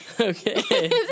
Okay